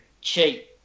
cheat